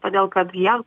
todėl kad jie